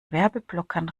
werbeblockern